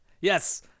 Yes